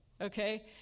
okay